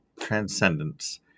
Transcendence